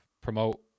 promote